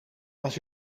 als